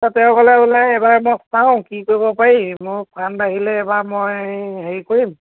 তাত তেওঁ ক'লে বোলে এইবাৰ মই চাওঁ কি কৰিব পাৰি মোক ফাণ্ড আহিলে এবাৰ মই হেৰি কৰিম